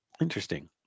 Interesting